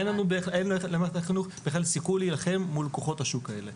אין למערכת החינוך בכלל סיכוי להילחם מול כוחות השוק האלה.